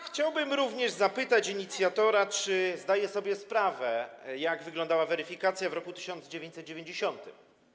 Chciałbym zapytać inicjatora, czy zdaje sobie sprawę, jak wyglądała weryfikacja w roku 1990.